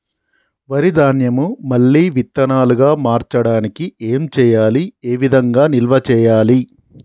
వరి ధాన్యము మళ్ళీ విత్తనాలు గా మార్చడానికి ఏం చేయాలి ఏ విధంగా నిల్వ చేయాలి?